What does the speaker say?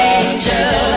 angel